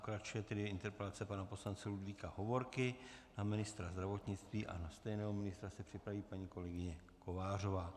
Pokračuje tedy interpelace pana poslance Ludvíka Hovorky na ministra zdravotnictví a na stejného ministra se připraví paní kolegyně Kovářová.